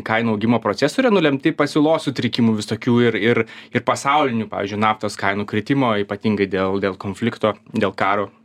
kainų augimo procesai yra nulemti pasiūlos sutrikimų visokių ir ir ir pasaulinių pavyzdžiui naftos kainų kritimo ypatingai dėl dėl konflikto dėl karo